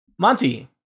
Monty